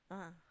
(uh huh)